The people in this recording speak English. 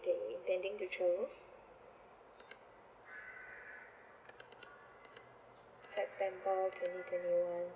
that you intending to travel september twenty twenty one